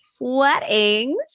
weddings